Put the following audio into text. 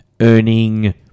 earning